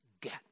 get